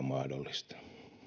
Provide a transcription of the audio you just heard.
mahdollista